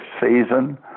season